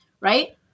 Right